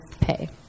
pay